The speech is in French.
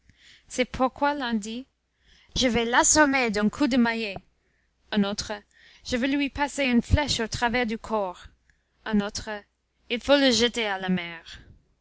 c'est pourquoi l'un dit je vais l'assommer d'un coup de maillet un autre je veux lui passer une flèche au travers du corps un autre il faut le jeter à la mer